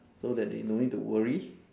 so that they don't need to worry